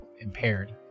impaired